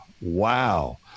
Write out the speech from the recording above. Wow